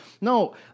No